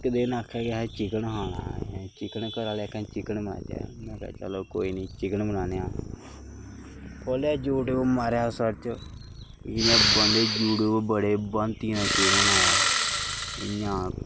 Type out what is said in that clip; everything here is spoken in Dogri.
इक दिन आक्खन असें चिकन खाना ऐ असें घरै आह्ले आखन चिकन बनाई दे महां आखेआ चलो कोई निं चिकन बनान्ने आं खोह्लेआ यूटयूब मारेआ सर्च इयां बंदे यूटयूब पर बड़ी भांतियें दा चिकन आया इयां